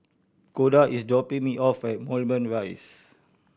Koda is dropping me off at Moulmein Rise